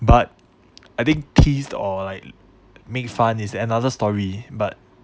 but I think teased or like make fun is another story but